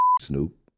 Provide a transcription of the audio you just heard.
Snoop